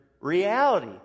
reality